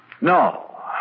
No